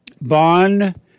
Bond